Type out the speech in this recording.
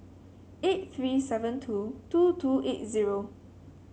eight three seven two two two eight zero